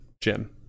Jim